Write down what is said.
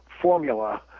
formula